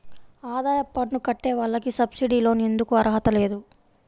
ఆదాయ పన్ను కట్టే వాళ్లకు సబ్సిడీ లోన్ ఎందుకు అర్హత లేదు?